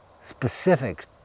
specific